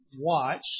watch